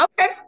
Okay